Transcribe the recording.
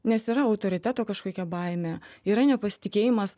nes yra autoriteto kažkokia baimė yra nepasitikėjimas